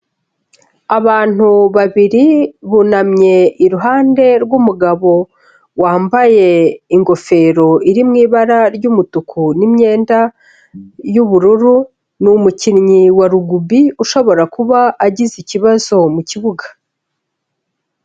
Abantu babiri bunamye iruhande rw'umugabo wambaye ingofero iri mu ibara ry'umutuku n' immyenda y'ubururu, ni umukinnyi wa rugubi ushobora kuba agize ikibazo mu kibuga.